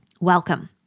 welcome